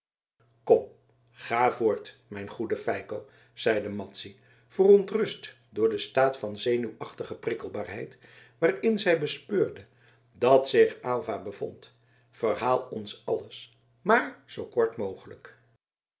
kom ga voort mijn goede feiko zeide madzy verontrust door den staat van zenuwachtige prikkelbaarheid waarin zij bespeurde dat zich aylva bevond verhaal ons alles maar zoo kort mogelijk